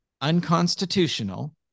unconstitutional